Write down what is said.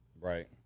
Right